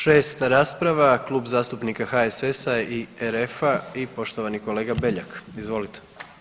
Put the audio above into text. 6. rasprava Klub zastupnika HSS-a i RF-a i poštovani kolega Beljak, izvolite.